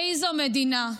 איזו מדינה,